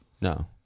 No